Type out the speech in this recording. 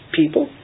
people